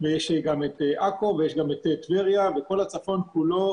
יש גם את עכו ויש גם את טבריה וכל הצפון כולו.